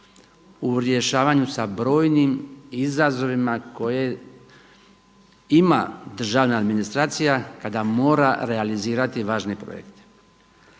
u rješavanju sa brojnim izazovima koje ima državna administracija kada mora realizirati važne projekte.